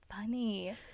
funny